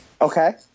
Okay